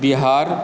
Bihar